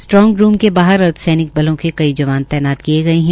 strong room के बाहर अर्धसैनिक बलों के कई जवान तैनात किए गए है